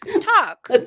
talk